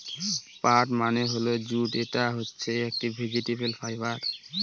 পাট মানে হল জুট এটা হচ্ছে একটি ভেজিটেবল ফাইবার